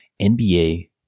NBA